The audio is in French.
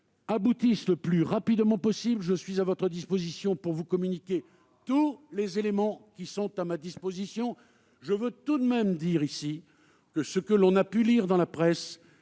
aboutissent le plus rapidement possible. Je suis à votre disposition pour vous communiquer tous les éléments qui sont à ma disposition. Je le précise, ce que l'on a pu lire dans la presse